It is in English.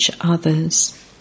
others